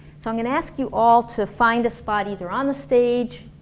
so i'm gonna ask you all to find a spot either on the stage,